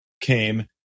came